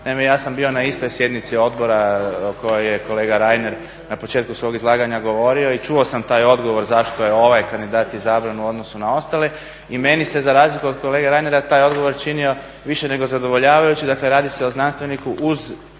ja sam bio na istoj sjednici odbora o kojoj je kolega Reiner na početku svog izlaganja govorio i čuo sam taj odgovor zašto je ovaj kandidat izabran u odnosu na ostale i meni se za razliku od kolege Reinera taj odgovor činio više nego zadovoljavajući. Dakle, radi se o znanstveniku uz slaganje